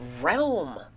realm